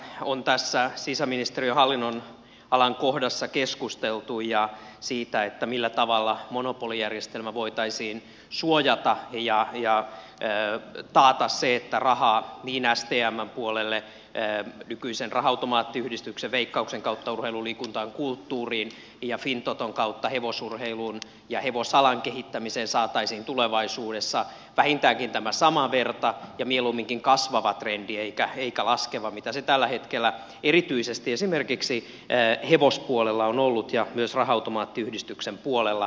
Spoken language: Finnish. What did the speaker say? rahapeleistä on tässä sisäministeriön hallinnonalan kohdassa keskusteltu ja siitä millä tavalla monopolijärjestelmä voitaisiin suojata ja taata se että rahaa niin stmn puolelle nykyisen raha automaattiyhdistyksen veikkauksen kautta urheiluun liikuntaan kulttuuriin ja fintoton kautta hevosurheiluun ja hevosalan kehittämiseen saataisiin tulevaisuudessa vähintäänkin tämän saman verran ja mieluumminkin kasvava trendi eikä laskeva mitä se tällä hetkellä erityisesti esimerkiksi hevospuolella on ollut ja myös raha automaattiyhdistyksen puolella